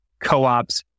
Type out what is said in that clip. co-ops